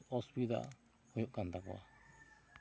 ᱚᱥᱩᱵᱤᱫᱟ ᱦᱩᱭᱩᱜ ᱠᱟᱱ ᱛᱟᱠᱚᱣᱟ